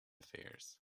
affairs